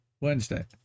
Wednesday